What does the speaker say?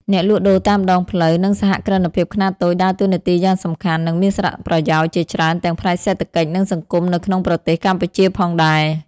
អ្នកលក់ដូរតាមដងផ្លូវ និងសហគ្រិនភាពខ្នាតតូចដើរតួនាទីយ៉ាងសំខាន់ និងមានសារៈប្រយោជន៍ជាច្រើនទាំងផ្នែកសេដ្ឋកិច្ច និងសង្គមនៅក្នុងប្រទេសកម្ពុជាផងដែរ ។